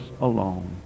alone